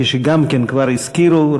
כפי שכבר הזכירו,